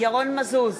ירון מזוז,